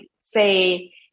say